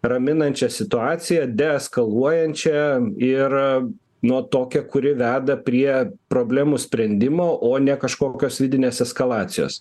raminančią situaciją deeskaluojančią ir nu tokią kuri veda prie problemų sprendimo o ne kažkokios vidinės eskalacijos